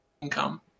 income